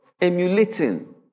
emulating